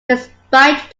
despite